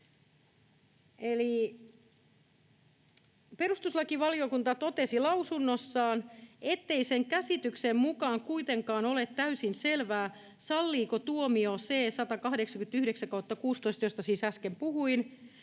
perustuslakivaliokunta totesi lausunnossaan, ettei sen käsityksen mukaan kuitenkaan ole täysin selvää, salliiko tuomio C189/16, josta siis äsken puhuin,